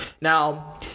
Now